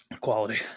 Quality